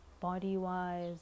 body-wise